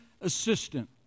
assistant